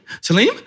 Salim